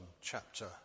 chapter